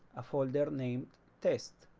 a folder named test